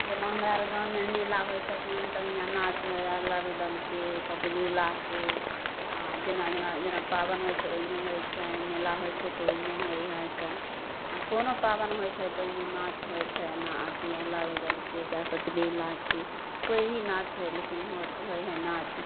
जेना हमरा आर गाँवमे मेला होइ छथिन तऽ हियाँ नाच होइ आल्हा उदलके सती बिहुलाके आ जेना जेना जेना पाबनि होइ छै ओहिमे होइ छै मेला होइ छै तऽ ओहिमे होइ हइके कोनो पाबनि होइ छै तऽ ओहिमे नाच होइ छै ना अथि आल्हा उदलके चाहै सती बिहुलाके कोइ भी नाच होइ लेकिन होत होइ हइ नाच